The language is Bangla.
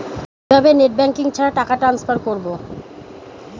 কিভাবে নেট ব্যাংকিং ছাড়া টাকা টান্সফার করব?